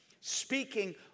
Speaking